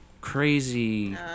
crazy